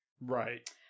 Right